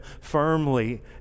firmly